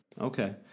Okay